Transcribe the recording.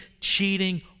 cheating